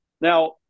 Now